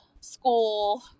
school